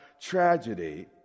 tragedy